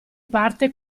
parte